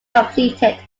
completed